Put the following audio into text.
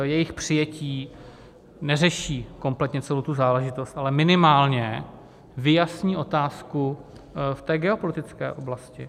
Jejich přijetí neřeší kompletně celou tu záležitost, ale minimálně vyjasní otázku v geopolitické oblasti.